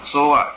so what